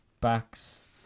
backs